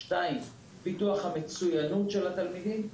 שנית, פיתוח המצוינות של התלמידים.